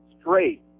straight